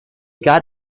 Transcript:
got